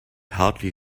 hardly